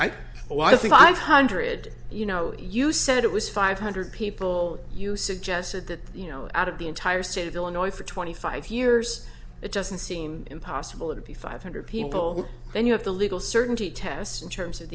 well i think five hundred you know you said it was five hundred people you suggested that you know out of the entire state of illinois for twenty five years it doesn't seem impossible to be five hundred people then you have the legal certainty test in terms of